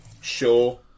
sure